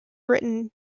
written